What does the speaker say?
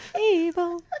Evil